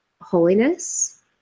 holiness